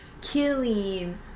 killing